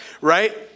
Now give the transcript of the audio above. Right